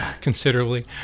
considerably